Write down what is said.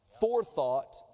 forethought